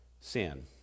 sin